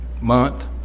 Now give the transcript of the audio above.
month